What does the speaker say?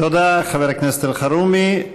תודה, חבר הכנסת אלחרומי.